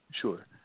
Sure